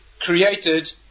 created